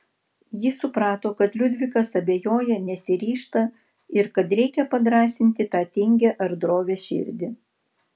ji suprato kad liudvikas abejoja nesiryžta ir kad reikia padrąsinti tą tingią ar drovią širdį